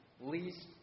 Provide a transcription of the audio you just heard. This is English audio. least